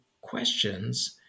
questions